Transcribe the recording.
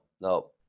no